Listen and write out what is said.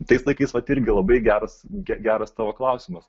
tais laikais vat irgi labai geras geras tavo klausimas